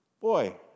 Boy